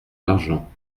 l’argent